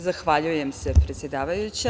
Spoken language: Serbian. Zahvaljujem se predsedavajuća.